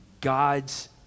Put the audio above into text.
God's